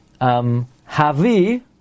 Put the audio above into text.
Havi